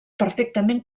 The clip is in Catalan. perfectament